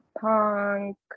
punk